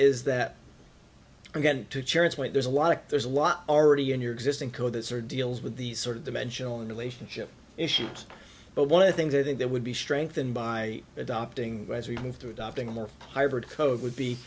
is that again to charity point there's a lot of there's a lot already in your existing code as are deals with these sort of dimensional in relationship issues but one of the things i think that would be strengthened by adopting as we move through adopting more hybrid code would be